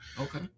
Okay